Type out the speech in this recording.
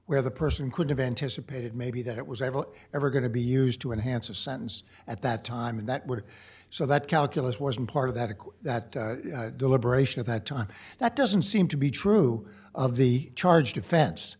where the person could have anticipated maybe that it was ever ever going to be used to enhance a sentence at that time and that would so that calculus wasn't part of that of that deliberation at that time that doesn't seem to be true of the charge defen